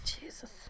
Jesus